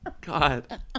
God